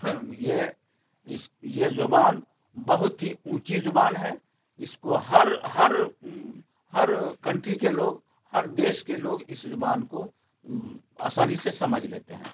یہ اس یہ زبان بہت ہی اونچی زبان ہے اس کو ہر ہر ہر کنٹری کے لوگ ہر دیش کے لوگ اس زبان کو آسانی سے سمجھ لیتے ہیں